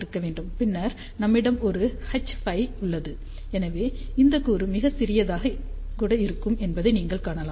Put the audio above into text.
பின்னர் நம்மிடம் ஒரு Hφ உள்ளது எனவே இந்த கூறு மிகவும் சிறியதாக கூட இருக்கும் என்பதை நீங்கள் காணலாம்